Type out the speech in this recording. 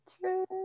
True